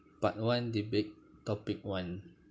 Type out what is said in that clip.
part one debate topic one